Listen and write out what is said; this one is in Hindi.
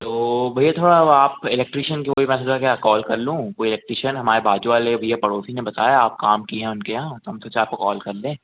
तो भैया थोड़ा अब आप इलेक्ट्रिशियन की कोई मैसेज आ गया कॉल कर लूँ कोई इलेक्ट्रिशियन हमारे बाज़ू वाले भैया पड़ोसी ने बताया आप काम किए हैं उनके यहाँ तो हम सोचे आपको कॉल कर दें